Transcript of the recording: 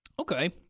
Okay